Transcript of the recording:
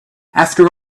after